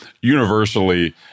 universally